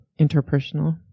interpersonal